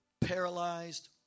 paralyzed